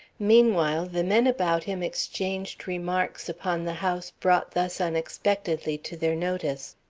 meanwhile the men about him exchanged remarks upon the house brought thus unexpectedly to their notice.